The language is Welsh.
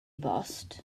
bost